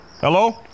Hello